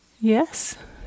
Yes